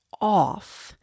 off